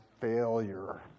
failure